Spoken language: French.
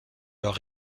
leur